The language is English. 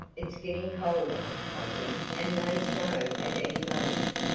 it's getting colder, i think, and may snow at any moment.